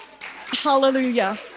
Hallelujah